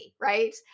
right